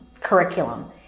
curriculum